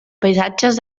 paisatges